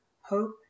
hope